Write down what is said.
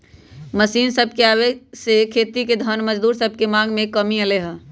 machine सभके आबे से खेती के जन मजदूर सभके मांग में कमी अलै ह